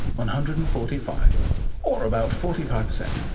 one hundred and forty five or about forty five percent,